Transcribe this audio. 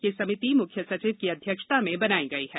यह समिति मुख्य सचिव की अध्यक्षता में बनाई गई है